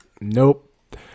Nope